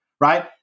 right